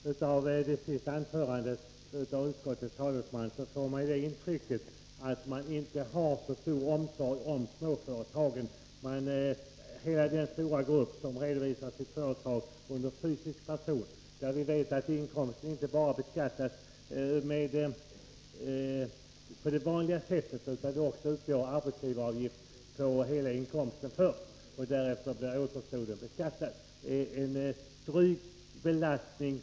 Herr talman! Av det senaste anförandet av utskottets talesman får jag det intrycket att man inte har så stor omsorg om småföretagen. För hela den stora grupp som redovisar sitt företag under Fysisk person är detta en dryg belastning. I dessa fall beskattas inkomsten inte bara på vanligt sätt, utan först utgår arbetsgivaravgift på hela inkomsten. Sedan arbetsgivaravgiften avdragits, beskattas återstoden.